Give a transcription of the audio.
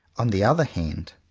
on the other hand,